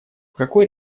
какой